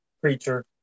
creature